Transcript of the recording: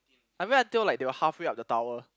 I read until like they were halfway up the tower